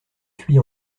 thuit